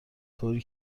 طوری